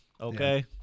Okay